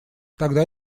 тогда